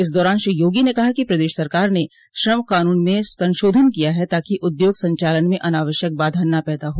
इस दौरान श्री योगी ने कहा कि प्रदेश सरकार ने श्रम क़ानून में संशोधन किया है ताकि उद्योग संचालन में अनावश्यक बाधा न पैदा हो